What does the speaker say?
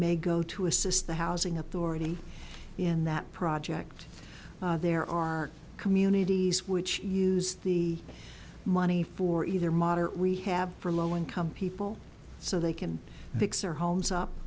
may go to assist the housing authority in that project there are communities which use the money for either moderate we have for low income people so they can fix their homes up